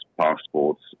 passports